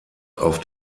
auf